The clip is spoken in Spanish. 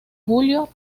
julio